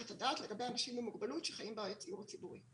את הדעת לגבי אנשים עם מוגבלות שחיים בדיור הציבורי.